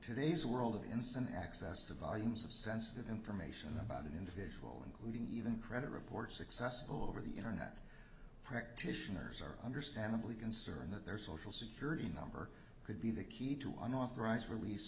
today's world of instant access to volumes of sensitive information about an individual including even credit reports successful over the internet practitioners are understandably concerned that their social security number could be the key to an authorized release